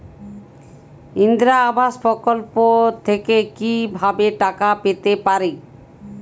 ইন্দিরা আবাস প্রকল্প থেকে কি ভাবে টাকা পেতে পারি?